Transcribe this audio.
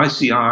ICI